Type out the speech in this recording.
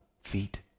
feet